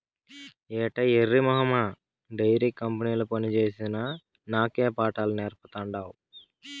ఏటే ఎర్రి మొహమా డైరీ కంపెనీల పనిచేసిన నాకే పాఠాలు నేర్పతాండావ్